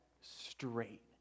straight